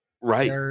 Right